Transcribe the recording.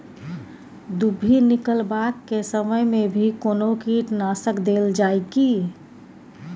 दुभी निकलबाक के समय मे भी कोनो कीटनाशक देल जाय की?